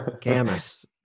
Camus